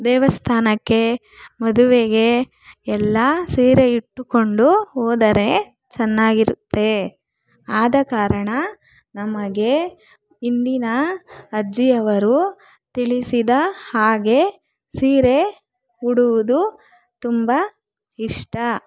ದೇವಸ್ಥಾನಕ್ಕೆ ಮದುವೆಗೆ ಎಲ್ಲ ಸೀರೆಯಿಟ್ಟುಕೊಂಡು ಹೋದರೆ ಚೆನ್ನಾಗಿರುತ್ತೆ ಆದ ಕಾರಣ ನಮಗೆ ಇಂದಿನ ಅಜ್ಜಿಯವರು ತಿಳಿಸಿದ ಹಾಗೆ ಸೀರೆ ಉಡುವುದು ತುಂಬ ಇಷ್ಟ